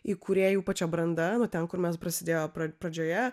įkūrėjų pačia branda nuo ten kur mes prasidėjo pradžioje